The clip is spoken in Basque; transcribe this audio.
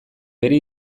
bere